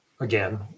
again